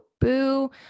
Boo